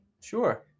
Sure